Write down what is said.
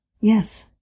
Yes